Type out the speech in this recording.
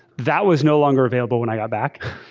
that was no longer available when i got back.